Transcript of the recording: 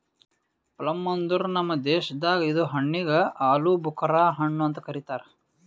plum ಅಂದುರ್ ನಮ್ ದೇಶದಾಗ್ ಇದು ಹಣ್ಣಿಗ್ ಆಲೂಬುಕರಾ ಹಣ್ಣು ಅಂತ್ ಕರಿತಾರ್